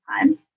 time